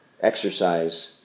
exercise